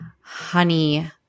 honey